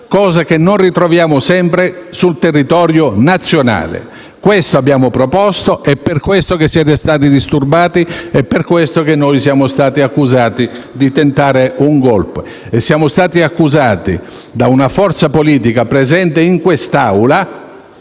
cosa che non riscontriamo sempre sul territorio nazionale. Questo abbiamo proposto, è per questo che siete stati disturbati e per questo noi siamo stati accusati di tentare un *golpe* da una forza politica presente in quest'Aula